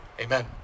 Amen